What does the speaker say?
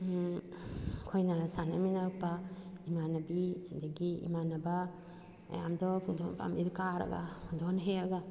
ꯑꯩꯈꯣꯏꯅ ꯁꯥꯟꯅꯃꯤꯅꯔꯛꯄ ꯏꯃꯥꯟꯅꯕꯤ ꯑꯗꯨꯗꯒꯤ ꯏꯃꯥꯟꯅꯕ ꯃꯌꯥꯝꯗꯣ ꯄꯨꯡꯗꯣꯟ ꯄꯥꯝꯕꯤꯗꯣ ꯀꯥꯔꯒ ꯄꯨꯡꯗꯣꯟ ꯍꯦꯛꯑꯒ